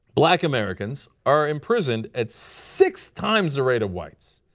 black americans are imprisoned at six times the rate of whites,